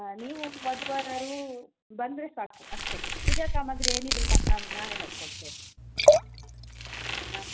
ನೀವು ವಧು ವರರು ಬಂದರೆ ಸಾಕು ಅಷ್ಟೇ ಪೂಜಾ ಸಾಮಗ್ರಿ ಏನಿದ್ದರೂ ನಾವು ನಾವೇ ನೋಡ್ಕೊಳ್ತೇವೆ ಹಾಂ